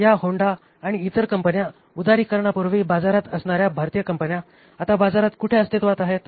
या होंडा आणि इतर कंपन्या उदारीकरणापूर्वी बाजारात असणार्या भारतीय कंपन्या आता बाजारात कुठे अस्तित्वात आहेत